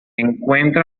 encuentra